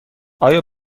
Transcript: آیا